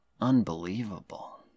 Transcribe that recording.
Unbelievable